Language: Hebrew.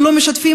ולא משתפים,